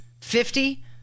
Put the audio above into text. Fifty